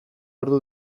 ordu